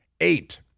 Eight